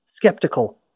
Skeptical